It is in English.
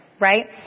right